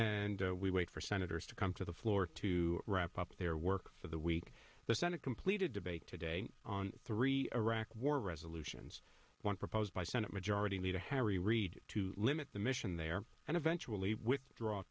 when we wait for senators to come to the floor to wrap up their work for the week the senate completed debate today on three iraq war resolutions one proposed by senate majority leader harry reid to limit the mission there and eventually